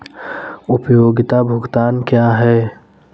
उपयोगिता भुगतान क्या हैं?